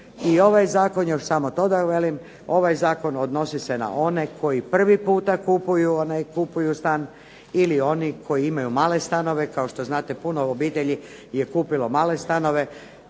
ovaj zakon odnosi se na one koji prvi puta kupuju stan ili oni koji imaju male stanove. Kao što znate, puno obitelji je kupilo male stanove,